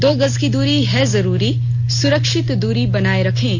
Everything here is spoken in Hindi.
दो गज की दूरी है जरूरी सुरक्षित दूरी बनाए रखें